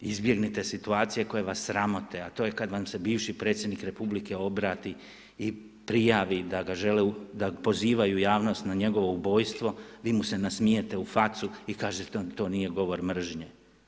Izbjegnite situacije koje vas sramote, a to je kada vam se bivši predsjednik Republike obrati i prijavi da ga pozivaju javnost na njegovo ubojstvo, vi mu se nasmijete u facu i kažete to nije govor mržnje.